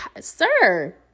sir